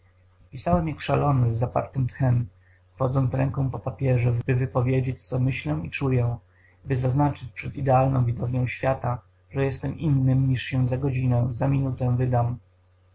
pisałem jak szalony z zapartym tchem wodząc ręką po papierze by wypowiedzieć co myślę i czuję by zaznaczyć przed idealną widownią świata że jestem innym niż się za godzinę za minutę wydam